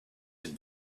had